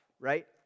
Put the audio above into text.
right